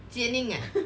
jian ning ah